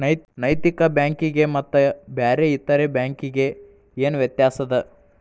ನೈತಿಕ ಬ್ಯಾಂಕಿಗೆ ಮತ್ತ ಬ್ಯಾರೆ ಇತರೆ ಬ್ಯಾಂಕಿಗೆ ಏನ್ ವ್ಯತ್ಯಾಸದ?